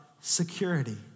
security